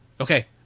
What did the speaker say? Okay